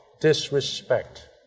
disrespect